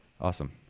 Awesome